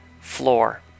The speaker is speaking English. floor